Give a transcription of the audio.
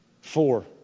Four